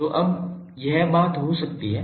तो अब यह बात हो सकती है